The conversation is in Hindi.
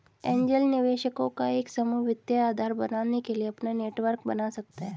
एंजेल निवेशकों का एक समूह वित्तीय आधार बनने के लिए अपना नेटवर्क बना सकता हैं